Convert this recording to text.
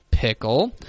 Pickle